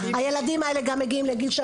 הילדים האלה גם מגיעים לגיל,